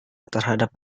terhadap